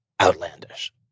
outlandish